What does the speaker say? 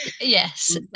Yes